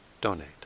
donate